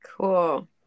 Cool